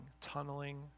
tunneling